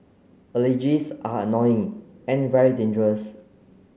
allergies are annoying and very dangerous